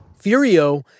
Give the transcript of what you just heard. Furio